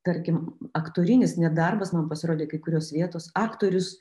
tarkim aktorinis net darbas man pasirodė kai kurios vietos aktorius